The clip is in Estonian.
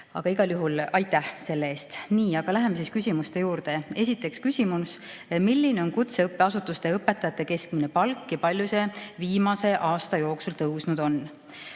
Igal juhul aitäh selle eest! Nii, aga läheme küsimuste juurde. [Esimene] küsimus: "Milline on kutseõppeasutuste õpetajate keskmine palk ja palju see viimase aasta jooksul tõusnud on?"